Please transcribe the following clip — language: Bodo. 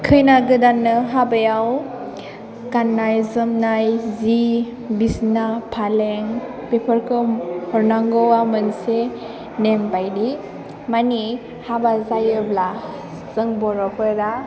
खैना गोदाननो हाबायाव गाननाय जोमनाय जि बिसिना पालें बेफोरखौ हरनांगौवा मोनसे नेम बायदि माने हाबा जायोब्ला जों बर'फोरा